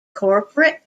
corporate